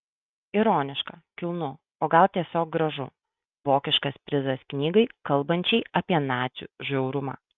ironiška kilnu o gal tiesiog gražu vokiškas prizas knygai kalbančiai apie nacių žiaurumą